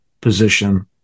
position